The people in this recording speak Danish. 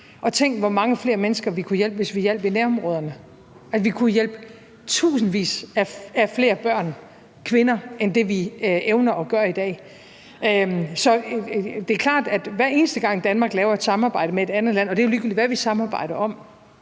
og tænk på, hvor mange flere mennesker vi kunne hjælpe, hvis vi hjalp i nærområderne. Vi kunne hjælpe i tusindvis af flere børn og kvinder end det, vi evner at gøre i dag. Så det er klart, at hver eneste gang, Danmark laver et samarbejde med et andet land, og det er ligegyldigt, hvad vi samarbejder om,